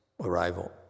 arrival